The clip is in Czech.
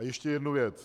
A ještě jedna věc.